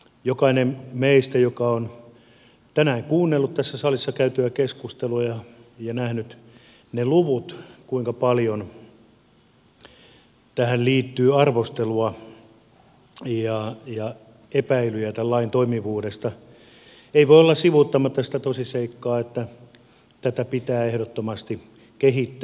kukaan meistä joka on tänään kuunnellut tässä salissa käytyä keskustelua ja nähnyt ne luvut kuinka paljon tähän liittyy arvostelua ja epäilyjä lain toimivuudesta ei voi olla sivuuttamatta sitä tosiseikkaa että tätä pitää ehdottomasti kehittää